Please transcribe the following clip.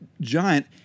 giant